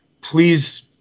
please